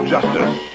Justice